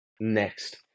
next